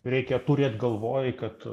reikia turėt galvoj kad